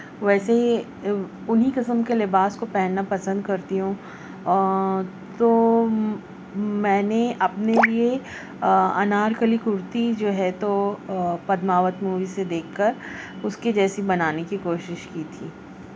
ویسے ہی انہیں قسم کے لباس کو پہننا پسند کرتی ہوں تو میں نے اپنے لیے انار کلی کرتی جو ہے تو پدماوت مووی سے دیکھ کر اس کے جیسی بنانے کی کوشش کی تھی